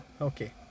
Okay